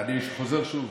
אני חוזר שוב,